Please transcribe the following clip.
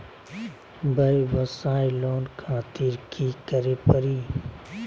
वयवसाय लोन खातिर की करे परी?